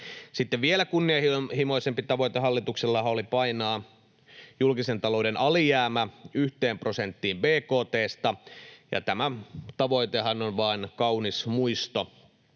Sitten vielä kunnianhimoisempi tavoite hallituksellahan oli painaa julkisen talouden alijäämä yhteen prosenttiin bkt:sta. Tämä tavoitehan on kaunis muisto